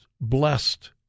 blessed